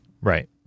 right